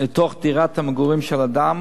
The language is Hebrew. לתוך דירת המגורים של אדם,